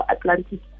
Atlantic